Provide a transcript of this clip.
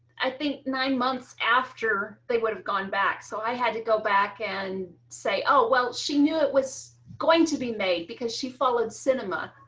i think nine months after they would have gone back so i had to go back and say, oh, well, she knew it was going to be made because she followed cinema.